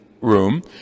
room